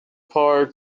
park